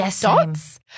dots